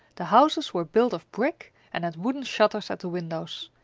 the houses were built of brick and had wooden shutters at the windows,